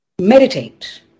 Meditate